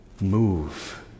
Move